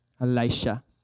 Elisha